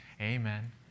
Amen